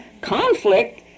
Conflict